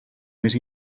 més